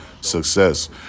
success